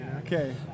Okay